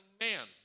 man